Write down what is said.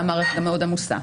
והמערכת מאוד עמוסה.